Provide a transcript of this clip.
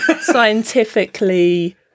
scientifically